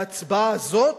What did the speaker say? וההצבעה הזאת